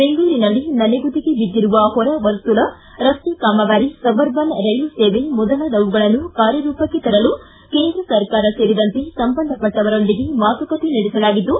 ಬೆಂಗಳೂರಿನಲ್ಲಿ ನೆನೆಗುದಿಗೆ ನೆಗೆದಿರುವ ಹೊರ ವರ್ತುಲ ರಸ್ತೆ ಕಾಮಗಾರಿ ಸಬ್ಅರ್ಬನ್ ರೈಲು ಸೇವೆ ಮೊದಲಾದವುಗಳನ್ನು ಕಾರ್ಯರೂಪಕ್ಕೆ ತರಲು ಕೇಂದ್ರ ಸರ್ಕಾರ ಸೇರಿದಂತೆ ಸಂಬಂಧಪಟ್ಟವರೊಂದಿಗೆ ಮಾತುಕತೆ ನಡೆಸಲಾಗಿದ್ದು